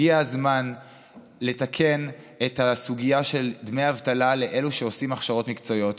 הגיע הזמן לתקן את הסוגיה של דמי אבטלה לאלו שעושים הכשרות מקצועיות.